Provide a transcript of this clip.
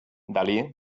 dalí